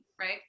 right